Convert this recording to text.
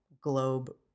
globe